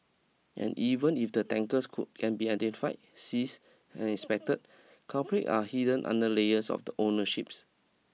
and even if the tankers could can be identified seize and inspected culprit are hidden under layers of the ownerships